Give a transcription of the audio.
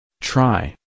Try